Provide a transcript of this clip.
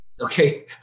Okay